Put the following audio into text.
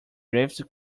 drifts